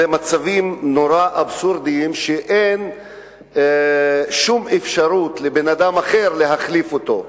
יש מצבים אבסורדיים שאין שום אפשרות לבן-אדם אחר להחליף אותו.